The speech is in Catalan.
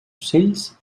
ocells